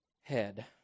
head